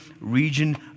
region